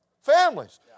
Families